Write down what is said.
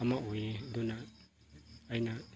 ꯑꯃ ꯑꯣꯏꯌꯦ ꯑꯗꯨꯅ ꯑꯩꯅ